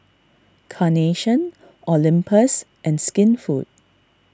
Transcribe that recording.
Carnation Olympus and Skinfood